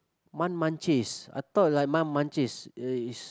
I thought like uh is